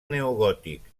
neogòtic